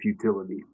futility